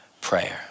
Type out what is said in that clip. prayer